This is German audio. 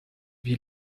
wie